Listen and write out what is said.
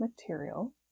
material